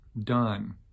done